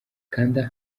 kanda